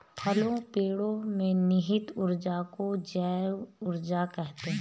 फसलों पेड़ो में निहित ऊर्जा को जैव ऊर्जा कहते हैं